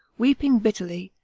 weeping bitterly,